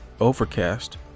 Overcast